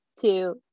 two